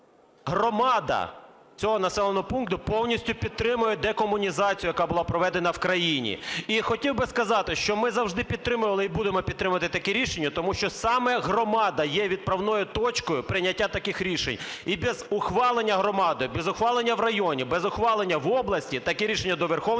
Громада цього населеного пункту повністю підтримує декомунізацію, яка була проведена в країні. І хотів би сказати, що ми завжди підтримували і будемо підтримувати таке рішення. Тому що саме громада є відправною точкою прийняття таких рішень. І без ухвалення громадою, без ухвалення в районі, без ухвалення в області, такі рішення до Верховної Ради